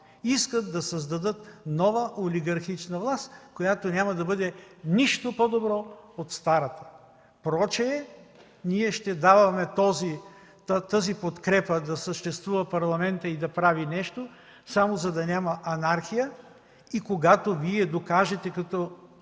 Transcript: искат да създадат нова олигархична власт, която няма да бъде с нищо по-добра от старата. Прочее, ние ще даваме тази подкрепа да съществува Парламентът и да прави нещо, само за да няма анархия и когато Вие докажете, по